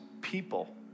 people